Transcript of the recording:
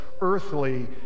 earthly